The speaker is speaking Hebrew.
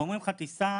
ואומרים לך: תיסע,